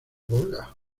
volga